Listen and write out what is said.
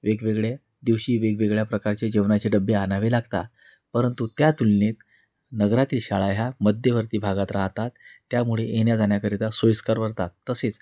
वेगवेगळ्या दिवशी वेगवेगळ्या प्रकारचे जेवणाचे डबे आणावे लागतात परंतु त्या तुलनेत नगरातील शाळा ह्या मध्यवर्ती भागात राहतात त्यामुळे येण्याजाण्याकरता सोईस्कर भरतात तसेच